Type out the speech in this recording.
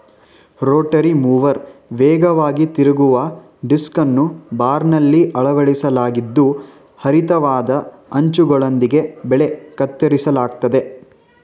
Rotary mower ವೇಗವಾಗಿ ತಿರುಗುವ ಡಿಸ್ಕನ್ನು ಬಾರ್ನಲ್ಲಿ ಅಳವಡಿಸಲಾಗಿದ್ದು ಹರಿತವಾದ ಅಂಚುಗಳೊಂದಿಗೆ ಬೆಳೆ ಕತ್ತರಿಸಲಾಗ್ತದೆ